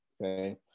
Okay